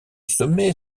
sommet